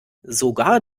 sogar